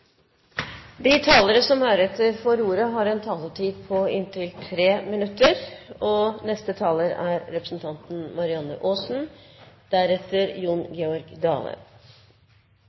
De talere som heretter får ordet, har en taletid på inntil 3 minutter. Dette temaet er viktig, og det er